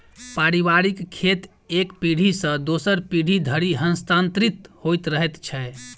पारिवारिक खेत एक पीढ़ी सॅ दोसर पीढ़ी धरि हस्तांतरित होइत रहैत छै